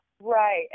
right